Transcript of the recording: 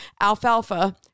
alfalfa